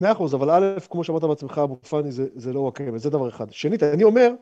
מאה אחוז אבל א. כמו שמעת בעצמך אבו פאני זה לא רק הם, זה דבר אחד. ושנית אני אומר